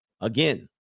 Again